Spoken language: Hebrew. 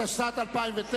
התשס"ט 2009,